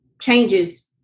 changes